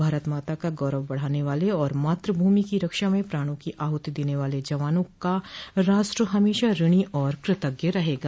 भारत माता के गौरव बढ़ाने वाले और मा़त भ्मि की रक्षा में प्राणों की आहुति देने वाले जवानों का राष्ट्र हमेशा ऋणी और कृतज्ञ रहेगा